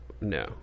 no